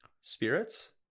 spirits